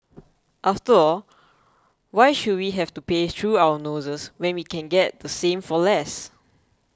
after all why should we have to pay through our noses when we can get the same for less